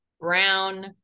brown